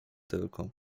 tylko